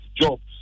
jobs